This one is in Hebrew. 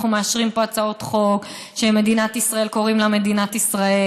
אנחנו מאשרים פה הצעות חוק שלמדינת ישראל קוראים מדינת ישראל,